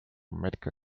medical